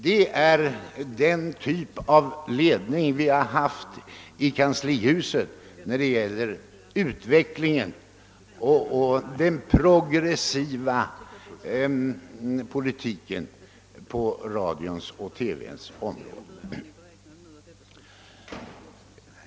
Detta är den typ av ledning som vi har haft i kanslihuset för utvecklingen och den progressiva politiken på radions och televisionens område.